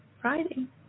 Friday